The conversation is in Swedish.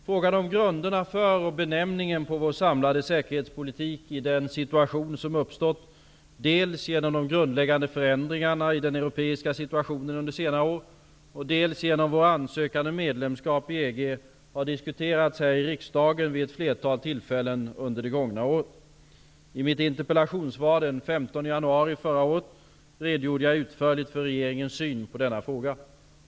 Frågan om grunderna för och benämningen på vår samlade säkerhetspolitik i den situation som uppstått dels genom de grundläggande förändringarna i den europeiska situationen under senare år, dels genom vår ansökan om medlemskap i EG har diskuterats här i riksdagen vid ett flertal tillfällen under det gångna året. I mitt interpellationssvar den 15 januari förra året redogjorde jag utförligt för regeringens syn på denna fråga.